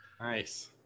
nice